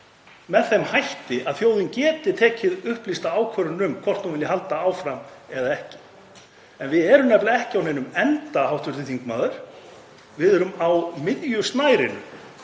með þeim hætti að þjóðin geti tekið upplýsta ákvörðun um hvort hún vilji halda áfram eða ekki. Við erum nefnilega ekki á neinum enda, hv. þingmaður, við erum á miðju snærinu.